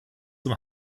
zum